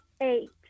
Eight